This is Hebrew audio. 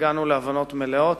הגענו להבנות מלאות,